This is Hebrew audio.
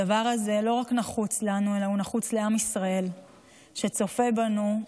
הדבר הזה לא נחוץ רק לנו אלא הוא נחוץ לעם ישראל שצופה בנו,